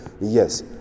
yes